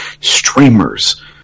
Streamers